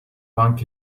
banka